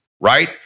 right